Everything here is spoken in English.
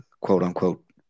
quote-unquote